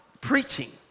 preaching